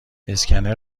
اسکنر